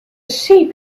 sheep